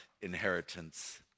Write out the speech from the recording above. inheritance